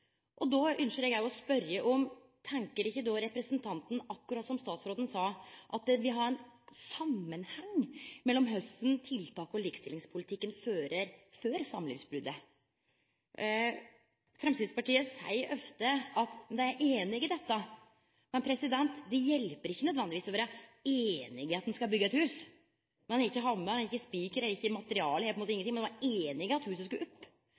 Då ynskjer eg å spørje om ikkje representanten, akkurat som statsråden sa, tenkjer at det må stå i samanheng med kva for tiltak og likestillingspolitikk ein fører før samlivsbrotet. Framstegspartiet seier ofte at det er einig i dette, men det hjelper ikkje nødvendigvis å vere einig i at ein skal byggje eit hus når ein ikkje har hammar, spikar, materialar eller nokon ting, men berre er einig i at huset skal opp.